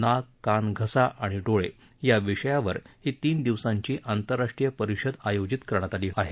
नाक कान घसा आणि डोळे या विषयावर ही तीन दिवसांची आंतरराष्ट्रीय परिषद आयोजित करण्यात आली आहे